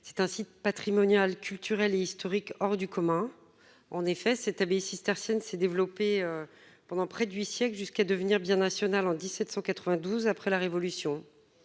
c'est un site patrimonial, culturel, historique hors du commun, en effet, cette abbaye cistercienne s'est développée pendant près de 8 siècle jusqu'à devenir bien national en 1792 après la révolution,